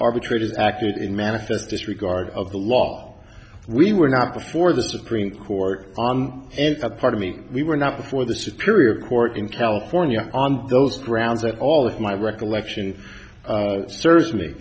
arbitrated acted in manifest disregard of the law we were not before the supreme court on a part of me we were not before the superior court in california on those grounds that all of my recollection serves me